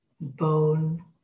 bone